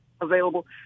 available